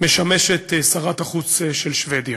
משמשת שרת החוץ של שבדיה.